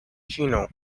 chino